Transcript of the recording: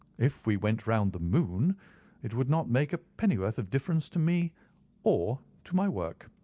if we went round the moon it would not make a pennyworth of difference to me or to my work.